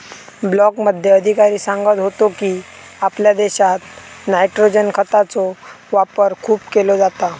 ब्लॉकमध्ये अधिकारी सांगत होतो की, आपल्या देशात नायट्रोजन खतांचो वापर खूप केलो जाता